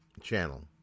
channel